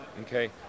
Okay